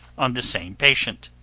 on the same patient.